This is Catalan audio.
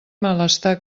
malestar